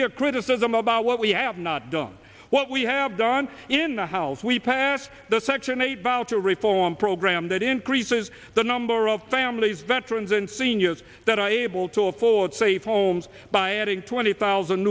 hear criticism about what we have not done what we have done in the house we passed the section eight voucher reform program that increases the number of families veterans and seniors that are able to afford safe homes by adding twenty thousand